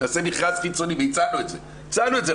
נעשה מכרז חיצוני והצענו את זה לאוצר,